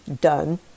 done